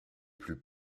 plus